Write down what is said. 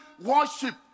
worship